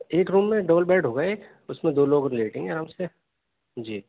ایک روم میں double bed ہوگا ایک اُس میں دو لوگ لیٹیں گے آرام سے جی